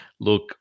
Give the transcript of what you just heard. look